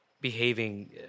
behaving